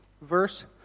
verse